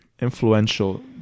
Influential